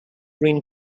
green